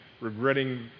regretting